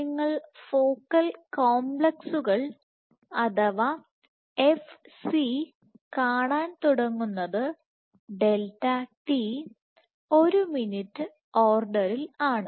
നിങ്ങൾ ഫോക്കൽ കോംപ്ലക്സുകൾ അഥവാ F C കാണാൻ തുടങ്ങുന്നത് ഡെൽറ്റ t ഒരു മിനിറ്റ് ഓർഡറിൽ ആണ്